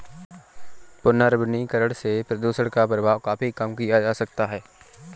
पुनर्वनीकरण से प्रदुषण का प्रभाव काफी कम किया जा सकता है